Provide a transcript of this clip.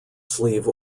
sleeve